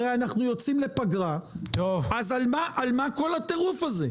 הרי אנחנו יוצאים לפגרה, אז על מה כל הטירוף הזה?